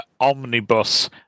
omnibus